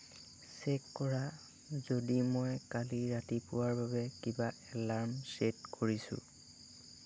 check কৰা যদি মই কালি ৰাতিপুৱাৰ বাবে কিবা এলাৰ্ম ছেট কৰিছোঁ